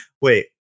Wait